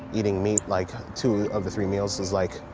eating meat like two of the three meals, is like,